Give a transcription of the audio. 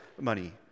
money